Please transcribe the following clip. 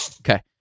Okay